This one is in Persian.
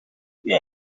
بیا